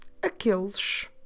aqueles